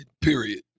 Period